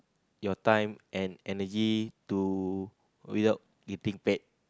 your time and energy to without getting paid